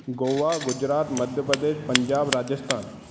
Goa Gujarat Madhya Pradesh Punjab Rajasthan